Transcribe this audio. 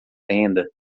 tenda